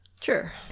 Sure